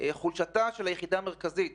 חולשתה של יחידה מרכזית